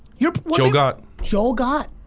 yeah joel gott. joel gott,